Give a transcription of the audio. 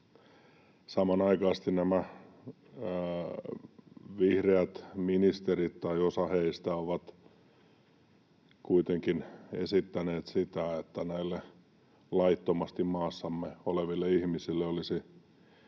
samanaikaisesti nämä vihreät ministerit tai osa heistä on kuitenkin esittänyt sitä, että näille laittomasti maassamme oleville ihmisille olisi